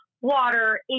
water